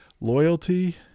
Loyalty